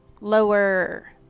lower